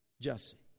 Jesse